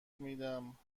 میدم